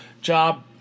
job